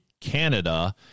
Canada